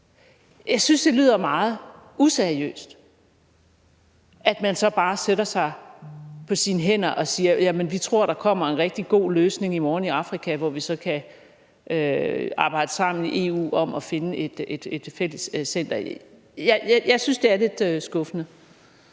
Jeg synes, det lyder meget useriøst, at man så bare sætter sig på sine hænder og siger: Jamen vi tror, der kommer en rigtig god løsning i morgen i Afrika, hvor vi så kan arbejde sammen i EU om at finde et fælles center. Jeg synes, det er lidt skuffende.